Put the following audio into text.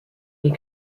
est